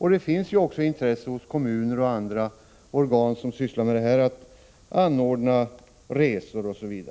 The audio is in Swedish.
Även kommuner och andra som sysslar med dessa frågor är intresserade av att anordna resor osv.